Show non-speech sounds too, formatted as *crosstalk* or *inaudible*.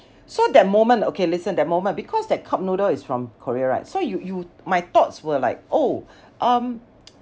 so that moment okay listen that moment because that cup noodle is from Korea right so you you my thoughts were like oh um *noise*